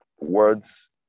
Words